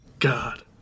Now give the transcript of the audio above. God